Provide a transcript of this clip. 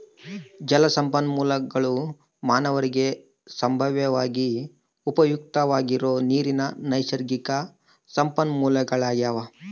ಜಲಸಂಪನ್ಮೂಲಗುಳು ಮಾನವರಿಗೆ ಸಂಭಾವ್ಯವಾಗಿ ಉಪಯುಕ್ತವಾಗಿರೋ ನೀರಿನ ನೈಸರ್ಗಿಕ ಸಂಪನ್ಮೂಲಗಳಾಗ್ಯವ